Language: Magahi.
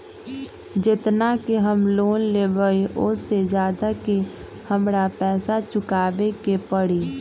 जेतना के हम लोन लेबई ओ से ज्यादा के हमरा पैसा चुकाबे के परी?